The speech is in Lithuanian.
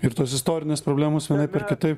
ir tos istorinės problemos vienaip ar kitaip